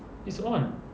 it's on